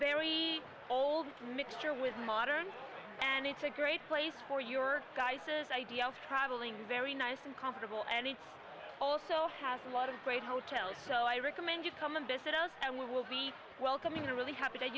very old mixture with modern and it's a great place for your prices i d l traveling very nice and comfortable and it also has a lot of great hotels so i recommend you come and visit us and we will be welcoming a really happy that